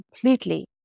completely